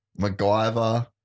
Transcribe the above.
macgyver